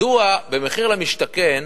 מדוע במחיר למשתכן